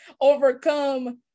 overcome